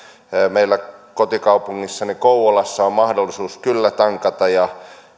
meillä kotikaupungissani kouvolassa on mahdollisuus kyllä tankata ja